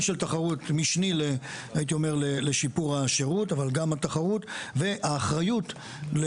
של תחרות משני לשיפור השירות לבין האחריות על